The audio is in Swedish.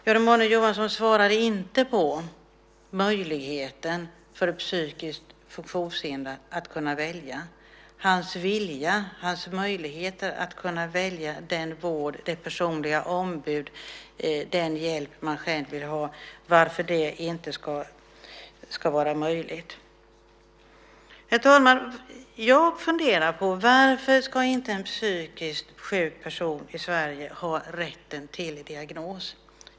Jan Emanuel Johansson svarade inte när det gäller möjligheten för psykiskt funktionshindrade att välja, varför det inte ska vara möjligt att välja den vård, det personliga ombud och den hjälp de vill ha. Herr talman! Varför ska inte en psykiskt sjuk person i Sverige ha rätt till diagnos?